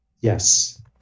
Yes